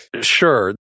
Sure